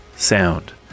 sound